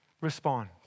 respond